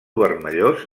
vermellós